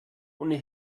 ohne